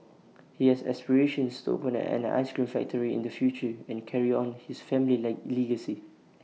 he has aspirations to open an an Ice Cream factory in the future and carry on his family led legacy